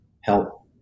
help